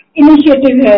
initiative